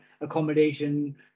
accommodation